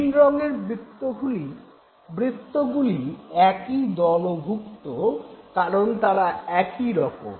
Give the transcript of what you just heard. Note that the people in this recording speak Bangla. নীল রঙের বৃত্তগুলি একই দলভুক্ত কারন তারা একরকম